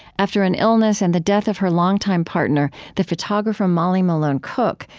after an illness and the death of her longtime partner, the photographer molly malone cook,